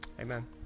amen